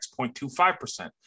0.25%